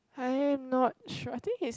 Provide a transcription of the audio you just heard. I am not sure I think he's